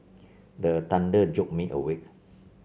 the thunder jolt me awake